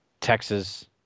Texas